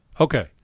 Okay